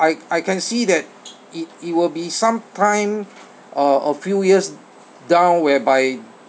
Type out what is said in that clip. I I can see that it it will be some time uh a few years down whereby